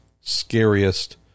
scariest